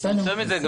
יותר מזה.